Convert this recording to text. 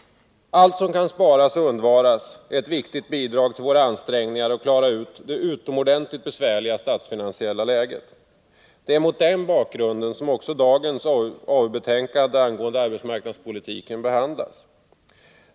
Allt som kan sparas och undvaras är ett viktigt bidrag till våra ansträngningar att klara ut det utomordentligt besvärliga statsfinansiella läget. Det är mot den bakgrunden som också dagens AU-betänkande angående arbetsmarknadspolitiken behandlas.